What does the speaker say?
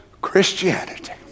Christianity